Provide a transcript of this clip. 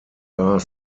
are